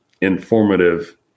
informative